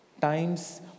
Times